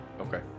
okay